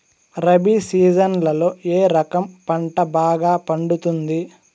రబి సీజన్లలో ఏ రకం పంట బాగా పండుతుంది